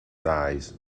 dies